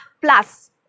Plus